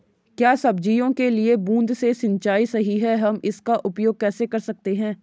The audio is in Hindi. क्या सब्जियों के लिए बूँद से सिंचाई सही है हम इसका उपयोग कैसे कर सकते हैं?